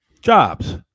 jobs